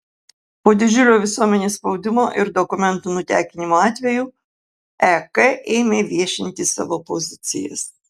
po didžiulio visuomenės spaudimo ir dokumentų nutekinimo atvejų ek ėmė viešinti savo pozicijas